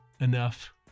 Enough